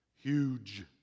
huge